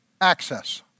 Access